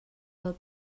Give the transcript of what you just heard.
ddod